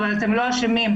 אבל אתם לא אשמים,